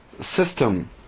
system